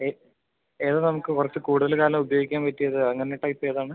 ഏതാണ് നമുക്ക് കുറച്ച് കൂടുതൽ കാലം ഉപയോഗിക്കാൻ പറ്റിയത് അങ്ങനത്തെ ടൈപ്പ് ഏതാണ്